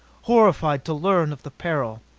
horrified to learn of the peril.